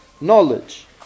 knowledge